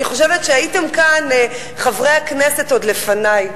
אני חושבת שהייתם כאן, חברי הכנסת, עוד לפני.